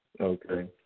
Okay